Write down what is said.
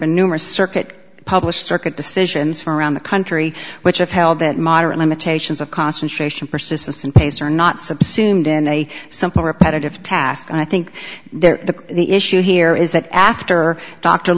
were numerous circuit published circuit decisions from around the country which upheld that moderate limitations of concentration persistence and pacer not subsea md in a simple repetitive task and i think there the the issue here is that after dr